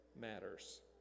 matters